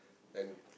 and